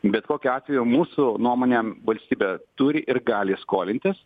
bet kokiu atveju mūsų nuomone valstybė turi ir gali skolintis